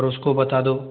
और उसको बता दो